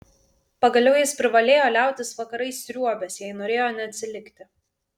pagaliau jis privalėjo liautis vakarais sriuobęs jei norėjo neatsilikti